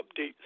updates